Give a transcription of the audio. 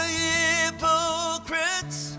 hypocrites